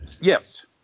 Yes